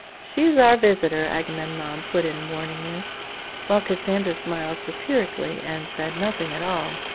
she is our visitor agamemnon put in warningly while cassandra smiled satirically, and said nothing at all.